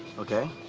ok.